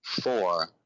four